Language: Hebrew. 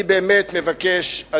אני באמת מבקש,